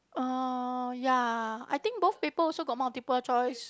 uh ya I think both paper also got multiple choice